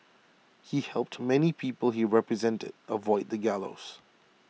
he helped many people he represented avoid the gallows